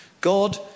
God